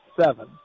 seven